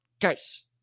guys